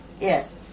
Yes